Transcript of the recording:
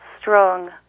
strong